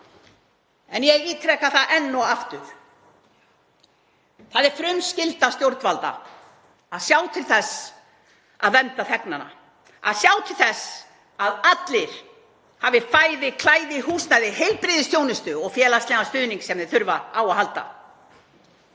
Ég ítreka það enn og aftur: Það er frumskylda stjórnvalda að sjá til þess að vernda þegnanna, að sjá til þess að allir hafi fæði, klæði, húsnæði, heilbrigðisþjónustu og félagslegan stuðning sem þurfa á að halda.